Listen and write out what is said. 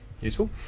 useful